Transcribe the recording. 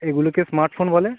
এগুলোকে স্মার্টফোন বলে